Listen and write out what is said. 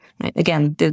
Again